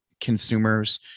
consumers